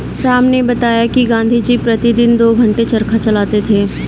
राम ने बताया कि गांधी जी प्रतिदिन दो घंटे चरखा चलाते थे